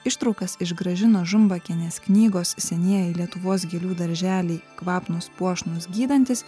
ištraukas iš gražinos žumbakienės knygos senieji lietuvos gėlių darželiai kvapnūs puošnūs gydantys